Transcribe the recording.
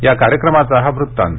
या कार्यक्रमाचा हा वृत्तांत